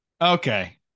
Okay